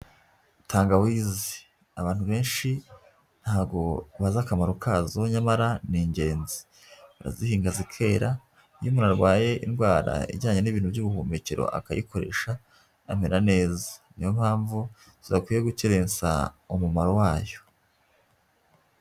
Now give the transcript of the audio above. Tangawizi abantu benshi ntabwo bazi akamaro kazo nyamara ni ingenzi, barazihinga zikera, niyo umuntu arwaye indwara ijyanye n'ibintu by'ubuhumekero akayikoresha amera neza. Niyo mpamvu tudakwiye gukerensa umumaro wayo.